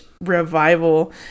revival